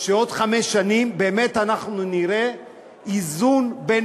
שעוד חמש שנים אנחנו באמת נראה איזון בין